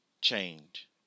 Change